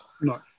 No